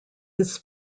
his